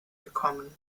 gekommen